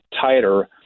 tighter